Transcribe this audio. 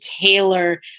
tailor